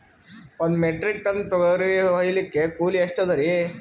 ಒಂದ್ metric ton ತೊಗರಿ ಹೋಯಿಲಿಕ್ಕ ಕೂಲಿ ಎಷ್ಟ ಅದರೀ?